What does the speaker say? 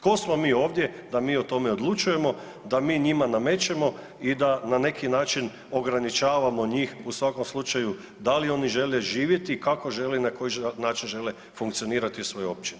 Tko smo mi ovdje da mi o tome odlučujemo, da mi njima namećemo i da na neki način ograničavamoi njih u svakom slučaju da li oni žele živjeti i kako žele i na koji način žele funkcionirati u svojoj općini?